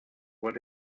what